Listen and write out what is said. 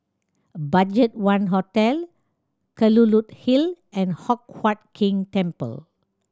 BudgetOne Hotel Kelulut Hill and Hock Huat Keng Temple